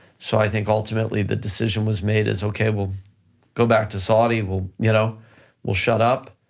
so i think ultimately, the decision was made is okay, we'll go back to saudi, we'll you know we'll shut up,